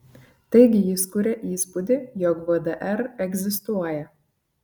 taigi jis kuria įspūdį jog vdr egzistuoja